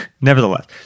Nevertheless